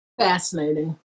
Fascinating